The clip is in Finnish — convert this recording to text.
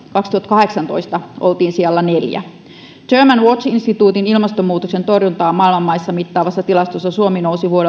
kaksituhattakahdeksantoista olimme sijalla neljännen germanwatch instituutin ilmastonmuutoksen torjuntaa maailman maissa mittaavassa tilastossa suomi nousi